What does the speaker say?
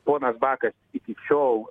ponas bakas iki šiol